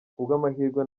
kubw’amahirwe